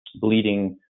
bleeding